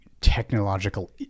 technological